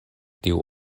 tiu